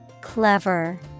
Clever